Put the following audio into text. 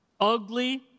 Ugly